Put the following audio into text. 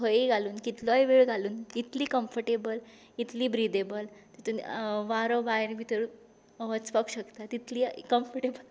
तो खंय घालून कितलो वेळ घालून इतली कम्फर्टेबल इतली ब्रीधेबल तातूंत वारो भायर भितर वचपाक शकता तितली कम्फर्टेबल